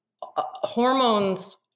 hormones